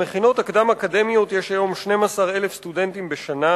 במכינות הקדם-אקדמיות יש היום 12,000 סטודנטים בשנה,